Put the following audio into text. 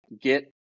get